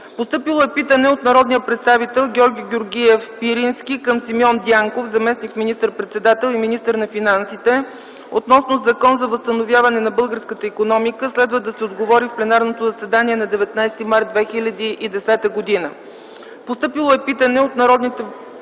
Постъпило е питане от народния представител Георги Георгиев Пирински към Симеон Дянков - заместник министър-председател и министър на финансите, относно Закон за възстановяване на българската икономика. Следва да се отговори в пленарното заседание на 19 март 2010 г. Постъпило е питане от народния